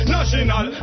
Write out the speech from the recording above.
National